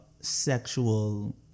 sexual